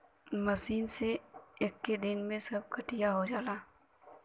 machine से एक्के दिन में सब कटिया हो जाला